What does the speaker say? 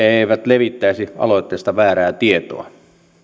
he eivät levittäisi aloitteesta väärää tietoa